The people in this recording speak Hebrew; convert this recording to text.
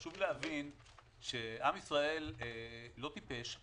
חשוב להבין שעם ישראל לא טיפש.